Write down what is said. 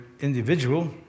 individual